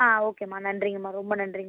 ஆ ஓகேம்மா நன்றிங்கம்மா ரொம்ப நன்றிங்கம்மா